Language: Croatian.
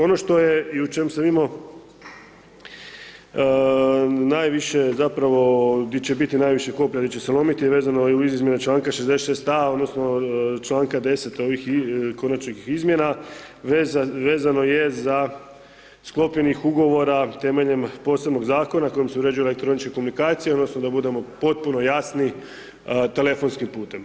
Ono što je i u čem sam imao najviše zapravo di će biti najviše koplja di će se lomiti, vezano je uz izmjene članka 6. a odnosno članka 10 ovih konačnih izmjena, vezano je za sklopljenih ugovora temeljem posebnog zakona kojim se uređuje elektroničke komunikacije odnosno da budemo potpuno jasni, telefonskim putem.